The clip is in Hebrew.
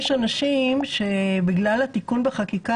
יש אנשים שבגלל התיקון בחקיקה,